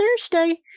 Thursday